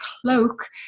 cloak